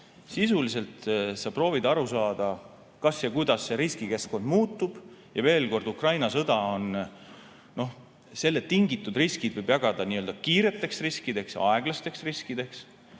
Sisuliselt sa proovid aru saada, kas ja kuidas see riskikeskkond muutub. Ja veel kord: Ukraina sõjast tingitud riskid võib jagada n-ö kiireteks riskideks ja aeglasteks riskideks.